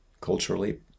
culturally